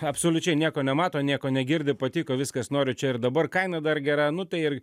absoliučiai nieko nemato nieko negirdi patiko viskas noriu čia ir dabar kaina dar gera nu tai ir